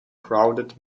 crowded